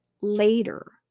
later